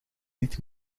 niet